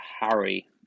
Harry